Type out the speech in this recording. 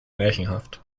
märchenhaft